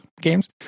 games